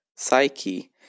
psyche